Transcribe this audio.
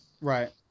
Right